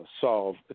solve